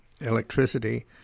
electricity